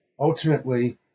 ultimately